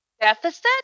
deficit